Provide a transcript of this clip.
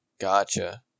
Gotcha